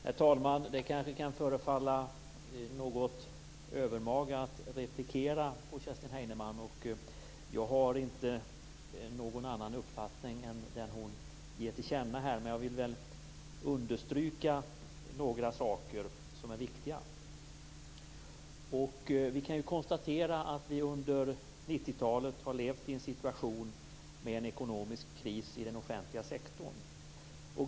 Herr talman! Det kanske kan förefalla något övermaga att replikera på Kerstin Heinemann. Jag har ingen annan uppfattning än den som hon ger till känna här. Men jag vill understryka några saker som är viktiga. Vi kan konstatera att vi under 90-talet har levt i en situation med ekonomisk kris i den offentliga sektorn.